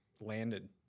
landed